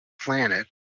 planet